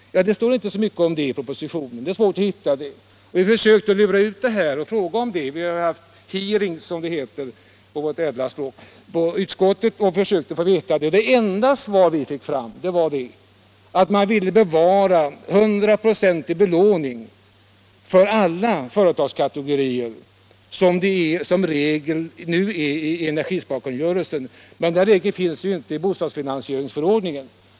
Ja, det står inte mycket om det i propositionen. Det är svårt att hitta någon förklaring. Vi försökte lura ut anledningen och frågade om den. Vi har haft hearings i utskottet, som det heter på vårt ädla språk. Det enda svar vi fick var att man ville bevara hundraprocentig belåning för alla företagskategorier såsom regeln nu är i energisparkungörelsen. Men den regeln finns ju inte i bostadsfinansieringsförordningen.